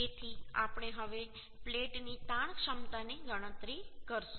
તેથી આપણે હવે પ્લેટની તાણ ક્ષમતાની ગણતરી કરીશું